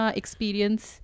experience